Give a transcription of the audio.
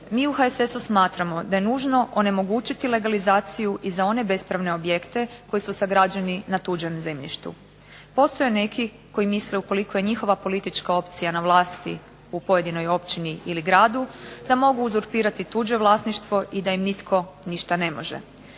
mi u HSS-u smatramo da je nužno onemogućiti legalizaciju i za one bespravne objekte koji su sagrađeni na tuđem zemljištu. Postoje neki koji misle ukoliko je njihova politička opcija na vlasti u pojedinoj općini ili gradu da mogu uzurpirati tuđe vlasništvo i da im nitko ništa ne može.